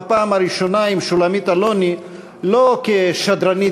בפעם הראשונה עם שולמית אלוני לא כשדרנית